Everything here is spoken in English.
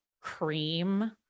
Cream